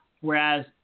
whereas